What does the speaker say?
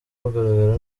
bagaragara